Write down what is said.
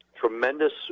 tremendous